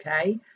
Okay